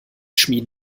schmieden